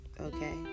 okay